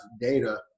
data